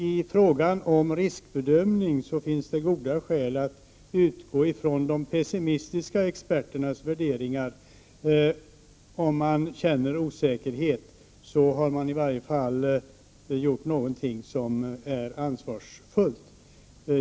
I fråga om riskbedömning finns det goda skäl att utgå från de pessimistiska experternas värderingar. Om man känner osäkerhet har man då i varje fall gjort någonting som är ansvarsfullt.